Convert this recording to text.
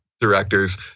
directors